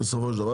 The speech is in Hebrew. בסופו של דבר.